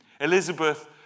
Elizabeth